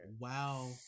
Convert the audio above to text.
wow